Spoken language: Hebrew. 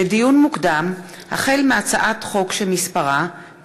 לדיון מוקדם: החל בהצעת חוק